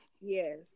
Yes